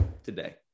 Today